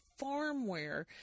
farmware